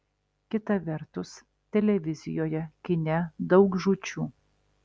kita vertus televizijoje kine daug žūčių